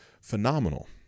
phenomenal